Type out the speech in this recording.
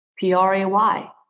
P-R-A-Y